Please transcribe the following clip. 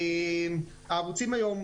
הערוצים היום,